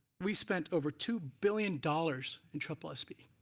we spent over two billion dollars in triple sp.